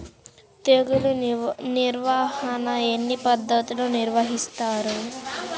తెగులు నిర్వాహణ ఎన్ని పద్ధతుల్లో నిర్వహిస్తారు?